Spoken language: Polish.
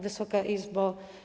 Wysoka Izbo!